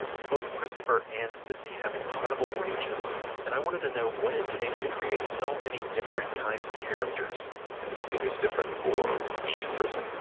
both christopher and cissy have incredible ranges and i wanted to know what it takes to create so many different kinds of characters i think it's different for each person.